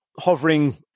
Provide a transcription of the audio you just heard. hovering